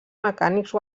mecànics